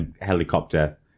helicopter